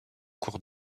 cours